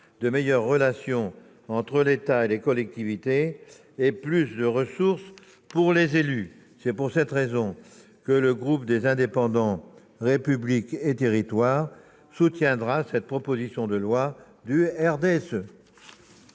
de meilleures relations entre l'État et les collectivités et davantage de ressources pour les élus. Pour ces raisons, le groupe Les Indépendants-République et Territoires soutiendra cette proposition de loi du